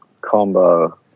combo